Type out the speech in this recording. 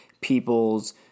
people's